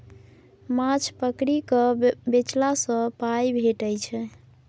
माछ पकरि केँ बेचला सँ पाइ भेटै छै